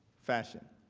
fashion.